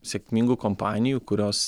sėkmingų kompanijų kurios